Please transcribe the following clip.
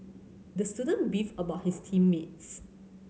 the student beefed about his team mates